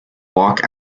walk